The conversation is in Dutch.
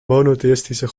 monotheïstische